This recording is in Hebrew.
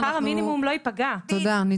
כשהגדרנו את העלאת גיל הפרישה לנשים,